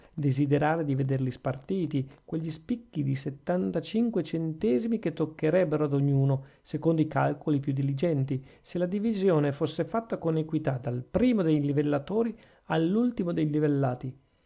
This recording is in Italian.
desiderare di vederli spartiti quegli spicchi di settantacinque centesimi che toccherebbero ad ognuno secondo i calcoli più diligenti se la divisione fosse fatta con equità dal primo dei livellatori all'ultimo dei livellati